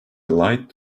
light